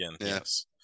yes